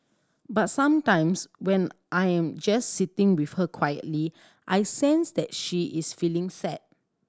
but sometimes when I am just sitting with her quietly I sense that she is feeling sad